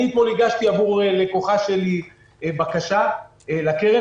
אני אתמול הגשתי עבור לקוחה שלי בקשה לקרן.